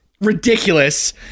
Ridiculous